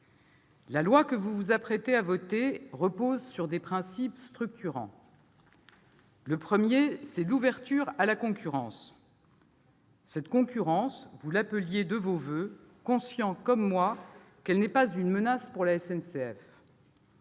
La loi que vous vous apprêtez à voter repose sur des principes structurants. Le premier est l'ouverture à la concurrence. Cette concurrence, vous l'appeliez de vos voeux, conscients comme moi qu'elle n'est pas une menace pour la SNCF.